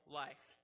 life